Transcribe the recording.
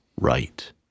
right